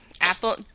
apple